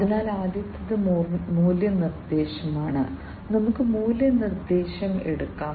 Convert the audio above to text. അതിനാൽ ആദ്യത്തേത് മൂല്യനിർദ്ദേശമാണ് നമുക്ക് ആദ്യം മൂല്യനിർദ്ദേശം എടുക്കാം